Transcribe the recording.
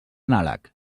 nalec